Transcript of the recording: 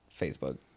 Facebook